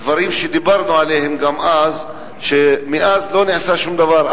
דברים שדיברנו עליהם גם אז ומאז לא נעשה שום דבר,